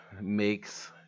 makes